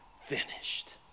finished